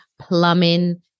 plumbing